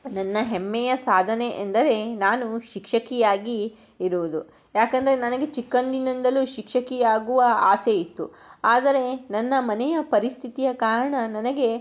ನನ್ನ ಹೆಮ್ಮೆಯ ಸಾಧನೆ ಎಂದರೆ ನಾನು ಶಿಕ್ಷಕಿಯಾಗಿ ಇರುವುದು ಯಾಕಂದರೆ ನನಗೆ ಚಿಕ್ಕಂದಿನಿಂದಲೂ ಶಿಕ್ಷಕಿಯಾಗುವ ಆಸೆ ಇತ್ತು ಆದರೆ ನನ್ನ ಮನೆಯ ಪರಿಸ್ಥಿತಿಯ ಕಾರಣ ನನಗೆ